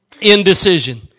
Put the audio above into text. Indecision